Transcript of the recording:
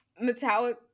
metallic